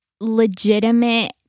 legitimate